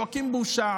צועקים "בושה",